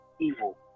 evil